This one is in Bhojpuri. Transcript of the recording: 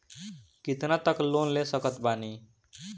कितना तक लोन ले सकत बानी?